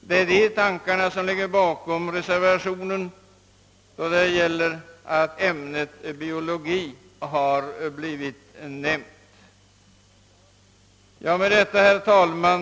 Det är dessa tankar som ligger bakom vår reservation och som gjort att ämnet biologi har kommit på tal. Herr talman!